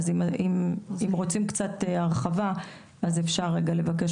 אז אם רוצים קצת הרחבה אז אפשר רגע לבקש